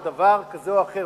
על דבר כזה או אחר,